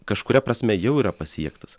kažkuria prasme jau yra pasiektas